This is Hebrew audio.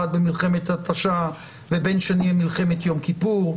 במלחמת ההתשה ובן שני במלחמת יום כיפור,